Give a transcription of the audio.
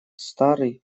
старый